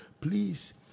Please